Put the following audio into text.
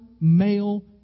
male